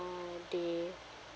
uh they